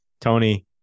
Tony